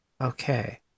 Okay